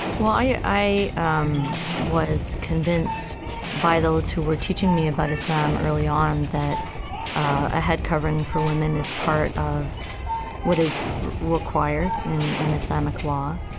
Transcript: while i i um was convinced by those who were teaching me about islam early on that a head covering for women is part of what is required in in islamic law,